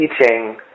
teaching